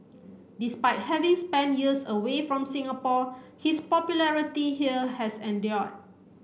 despite having spent years away from Singapore his popularity here has endured